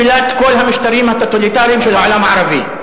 אני לפנייך רוצה בנפילת כל המשטרים הטוטליטריים של העולם הערבי,